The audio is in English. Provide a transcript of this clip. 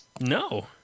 No